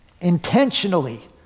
intentionally